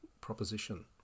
proposition